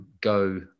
go